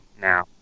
now